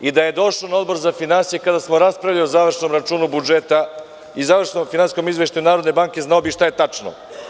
Da je došao na Odbor za finansije, kada smo raspravljali o završnom računu budžeta i završnom finansijskom Izveštaju Narodne banke, znao bi šta je tačno.